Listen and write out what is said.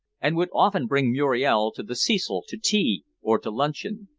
and would often bring muriel to the cecil to tea or to luncheon.